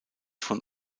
von